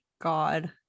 God